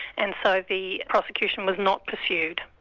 and so the prosecution was not pursued.